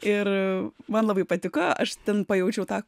ir man labai patiko aš ten pajaučiau tą